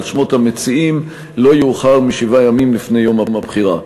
שמות המציעים לא יאוחר משבעה ימים לפני יום הבחירה.